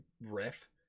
riff